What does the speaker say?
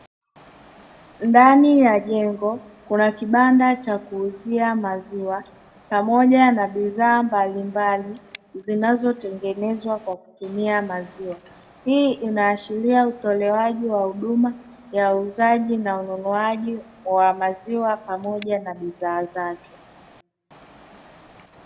Ndani ya jengo kuna kibanda cha kuuzia maziwa pamoja na bidhaa mbalimbali zinazo tengenezwa kwa kutumia maziwa. Hii inaashiria utolewaji wa huduma ya uuzaji na ununuaji wa maziwa pamoja na bidhaa zake.